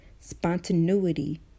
spontaneity